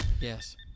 Yes